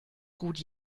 gut